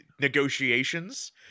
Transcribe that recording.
negotiations